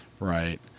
Right